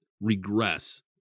regress